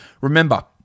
Remember